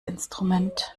instrument